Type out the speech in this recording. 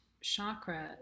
chakra